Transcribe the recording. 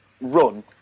run